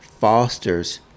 fosters